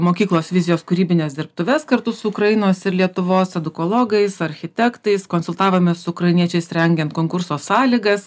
mokyklos vizijos kūrybines dirbtuves kartu su ukrainos ir lietuvos edukologais architektais konsultavomės su ukrainiečiais rengiant konkurso sąlygas